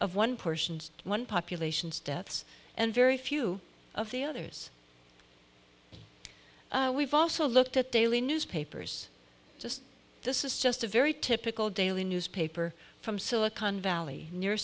of one persons one populations deaths and very few of the others we've also looked at daily newspapers just this is just a very typical daily newspaper from silicon valley near